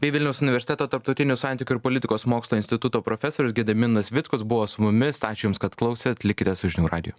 bei vilniaus universiteto tarptautinių santykių ir politikos mokslų instituto profesorius gediminas vitkus buvo su mumis ačiū jums kad klausėt likite su žinių radiju